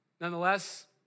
Nonetheless